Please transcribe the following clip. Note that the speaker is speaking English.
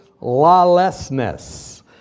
lawlessness